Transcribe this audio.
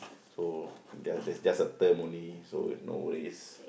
so they are that's just a term only so no worries